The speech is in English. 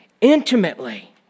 Intimately